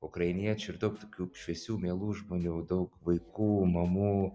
ukrainiečių ir daug tokių šviesių mielų žmonių daug vaikų namų